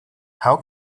how